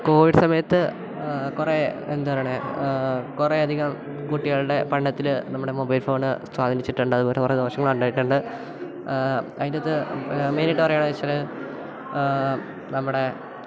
Covid സമയത്ത് കുറേ എന്താ പറണേ കുറേയധികം കുട്ടികളുടെ പഠനത്തിൽ നമ്മുടെ മൊബൈൽ ഫോണ് സ്വാധീനിച്ചിട്ടുണ്ട് അതുപോലെ കുറേ ദോഷങ്ങളുണ്ടായിട്ടുണ്ട് അതിൻ്റെ അകത്ത് മെയ്ൻ ആയിട്ട് പറയുകയാണെന്ന് വെച്ചാൽ നമ്മുടെ